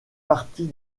partie